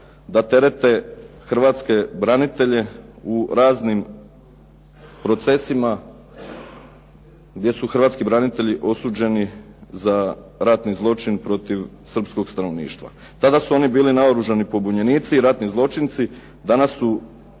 da terete hrvatske branitelje u raznim procesima gdje su hrvatski branitelji osuđeni za ratni zločin protiv srpskog stanovništva. Tada su oni bili naoružani pobunjenici i ratni zločinci, danas su